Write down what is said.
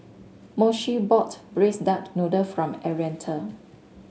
Moshe bought Braised Duck Noodle from Arietta